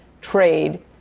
trade